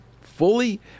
fully